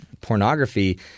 pornography